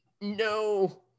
No